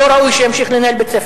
לא ראוי שימשיך לנהל בית-ספר,